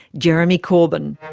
jeremy corbyn.